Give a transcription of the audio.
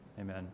amen